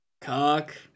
Cock